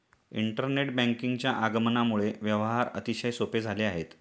internet बँकिंगच्या आगमनामुळे व्यवहार अतिशय सोपे झाले आहेत